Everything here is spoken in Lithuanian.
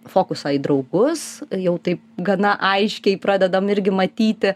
fokusą į draugus jau taip gana aiškiai pradedam irgi matyti